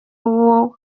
uwo